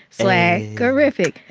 swaggerific.